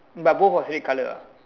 but both was red colour ah